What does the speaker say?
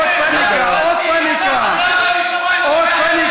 עוד פניקה, עוד פניקה.